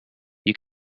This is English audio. you